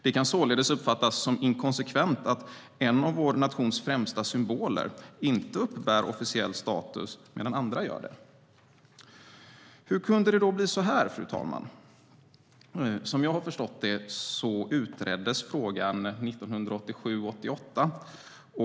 Det kan således uppfattas som inkonsekvent att en av vår nations främsta symboler inte uppbär officiell status medan andra gör det. Hur kunde det bli så här, fru talman? Som jag har förstått det utreddes frågan 1987-1988.